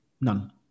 None